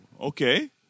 okay